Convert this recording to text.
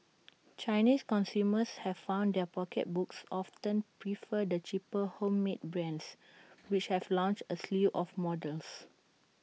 Chinese consumers have found their pocketbooks often prefer the cheaper homemade brands which have launched A slew of models